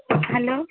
hello